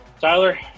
Tyler